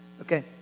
Okay